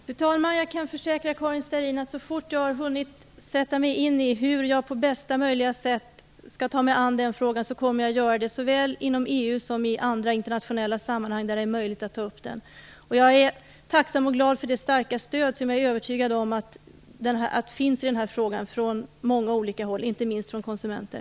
Fru talman! Jag kan försäkra Karin Starrin att jag, så fort jag hunnit sätta mig in i hur jag på bästa möjliga sätt skall ta mig an den frågan, kommer att göra det såväl inom EU som i andra internationella sammanhang där det är möjligt att ta upp den. Jag är tacksam och glad för det starka stöd som jag är övertygad om finns i denna fråga från många olika håll, inte minst från konsumenter.